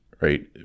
right